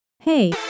Hey